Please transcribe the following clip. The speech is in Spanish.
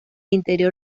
interior